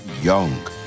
young